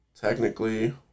technically